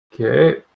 Okay